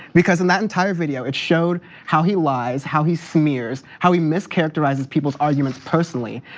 because in that entire video, it showed how he lies, how he smears, how he mischaracterizes people's arguments personally.